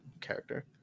character